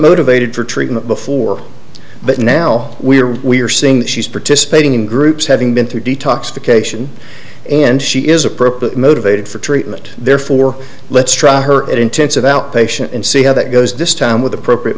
motivated for treatment before but now we're we're seeing that she's participating in groups having been through detoxification and she is appropriate motivated for treatment therefore let's try her an intensive outpatient and see how that goes this time with appropriate